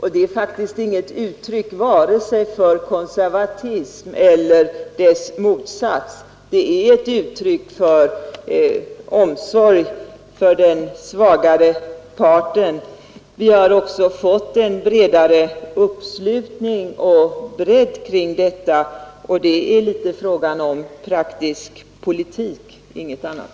Det är inget uttryck för vare sig konservatism eller dess motsats. Det är ett uttryck för omsorg om den svagare parten. Vi har också fått en bredare uppslutning kring betänketid på tre månader. Det är alltså fråga om praktisk politik, ingenting annat.